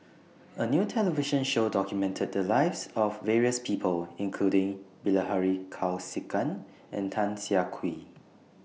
A New television Show documented The Lives of various People including Bilahari Kausikan and Tan Siah Kwee